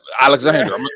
Alexander